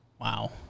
Wow